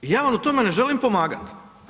I ja vam u tome ne želim pomagat.